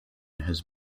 has